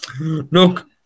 Look